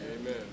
Amen